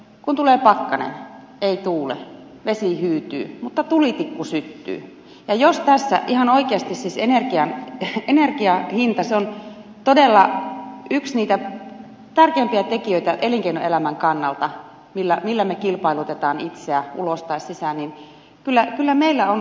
kun tulee pakkanen ei tuule vesi hyytyy mutta tulitikku syttyy ja jos tässä ihan oikeasti siis energian hinta on todella yksi niitä tärkeimpiä tekijöitä elinkeinoelämän kannalta jolla me kilpailutamme itseä ulos tai sisään niin kyllä meillä on huoli